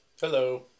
Hello